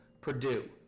Purdue